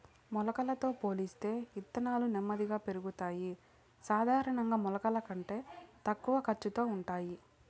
మొలకలతో పోలిస్తే ఇత్తనాలు నెమ్మదిగా పెరుగుతాయి, సాధారణంగా మొలకల కంటే తక్కువ ఖర్చుతో ఉంటాయి